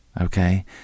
Okay